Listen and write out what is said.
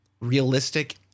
realistic